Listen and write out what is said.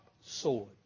sword